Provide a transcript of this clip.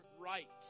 right